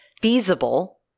feasible